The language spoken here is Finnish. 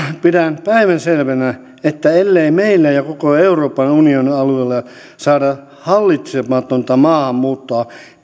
pidän päivänselvänä että ellei meillä ja koko euroopan unionin alueella saada hallitsematonta maahanmuuttoa